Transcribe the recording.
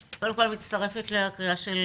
קודם כל אני מצטרפת לקריאה של